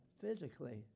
physically